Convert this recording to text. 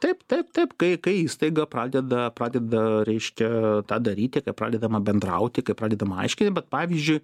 taip taip taip kai kai įstaiga pradeda pradeda reiškia tą daryti kai pradedama bendrauti kai pradedama aiški bet pavyzdžiui